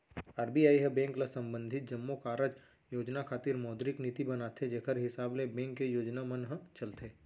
RBI ह bank ल संबंधित जम्मो कारज योजना खातिर मौद्रिक नीति बनाथे जेखर हिसाब ले बेंक के योजना मन ह चलथे